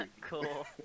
Cool